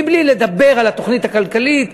בלי לדבר על התוכנית הכלכלית,